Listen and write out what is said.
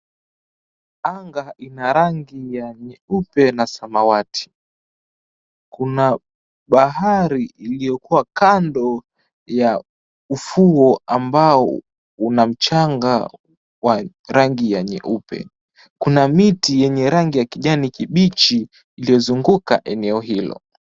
Anga in arangi ya nyeupe na samawati. Kuna bahari iliyokuwa kando ya ufuo ambao una mchanga wa rangi ya nyeupe. Kuna miti yenye rangi ya kijani kibichi iliyozunguka eneo hilo.